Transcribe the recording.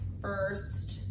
first